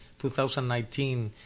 2019